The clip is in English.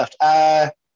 left